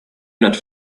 not